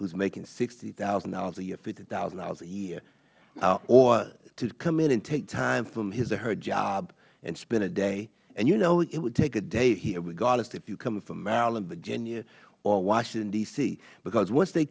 is making sixty thousand dollars a year fifty thousand dollars a year or to come in and take time from his or her job and spend a day and you know it would take a day here regardless if you are coming from maryland or virginia or washington d c because once they